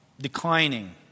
declining